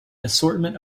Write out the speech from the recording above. assortment